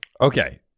Okay